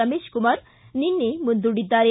ರಮೇಶಕುಮಾರ ನಿನ್ನೆ ಮುಂದೂಡಿದ್ದಾರೆ